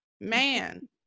Man